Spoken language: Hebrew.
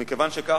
מכיוון שכך,